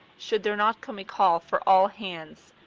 should there not come a call for all hands!